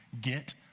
Get